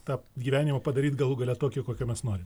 tą gyvenimą padaryt galų gale tokį kokio mes norim